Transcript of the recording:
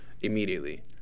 immediately